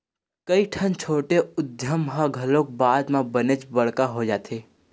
कइठन छोटे उद्यम ह घलोक बाद म बनेच बड़का हो जाथे